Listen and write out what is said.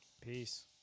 Peace